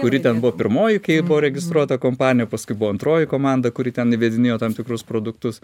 kuri ten buvo pirmoji kai buvo registruota kompanija paskui buvo antroji komanda kuri ten įvedinėjo tam tikrus produktus